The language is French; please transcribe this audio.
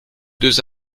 deux